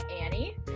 Annie